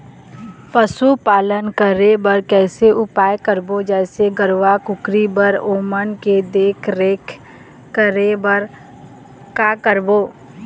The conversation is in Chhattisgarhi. पशुपालन करें बर कैसे उपाय करबो, जैसे गरवा, कुकरी बर ओमन के देख देख रेख करें बर का करबो?